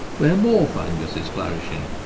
where more fungus is flourishing,